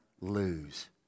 lose